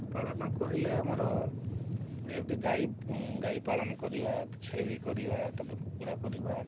ପଶୁପାଳନ କହିଲେ ଆମର ଯେଉଁଠି ଗାଈ ଗାଈ ପାଳନ କରିବା ଛେଳି କରିବା ତା'ପରେ କୁକୁଡ଼ା କରିବା